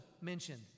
mentioned